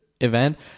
event